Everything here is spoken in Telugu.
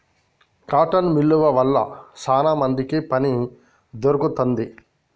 కాటన్ మిల్లువ వల్ల శానా మందికి పని దొరుకుతాంది